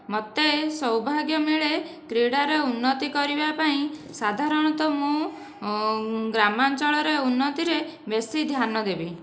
ମୋତେ ସୌଭାଗ୍ୟ ମିଳେ କ୍ରୀଡ଼ାରେ ଉନ୍ନତି କରିବା ପାଇଁ ସାଧାରଣତଃ ମୁଁ ଗ୍ରାମାଞ୍ଚଳରେ ଉନ୍ନତିରେ ବେଶୀ ଧ୍ୟାନ ଦେବି